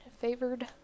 Favored